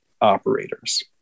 operators